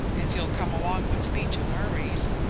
if you'll come along with me to murray's,